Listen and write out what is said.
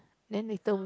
then later